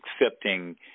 accepting